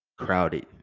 crowded